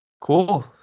cool